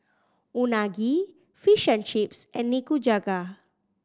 Unagi Fish and Chips and Nikujaga